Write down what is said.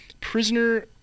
prisoner